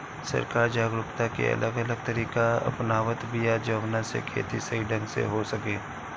सरकार जागरूकता के अलग अलग तरीका अपनावत बिया जवना से खेती सही ढंग से हो सके